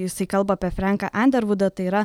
jisai kalba apie frenką andervudą tai yra